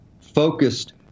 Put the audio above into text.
focused